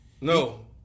No